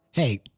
Hey